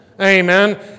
Amen